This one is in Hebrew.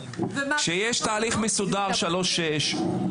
כשיש תהליך מסודר לגילאי שלוש עד שש,